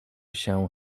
się